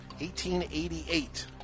1888